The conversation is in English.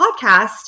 podcast